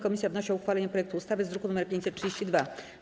Komisja wnosi o uchwalenie projektu ustawy z druku nr 532.